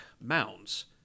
Mounds